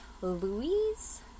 Louise